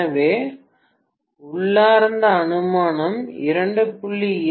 எனவே உள்ளார்ந்த அனுமானம் 2